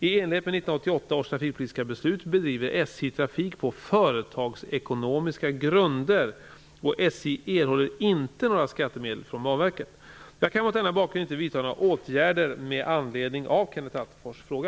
I enlighet med 1988 års trafikpolitiska beslut bedriver SJ trafik på företagsekonomiska grunder, och SJ erhåller inte några skattemedel från Banverket. Jag kan mot denna bakgrund inte vidta några åtgärder med anledning av Kenneth Attefors fråga.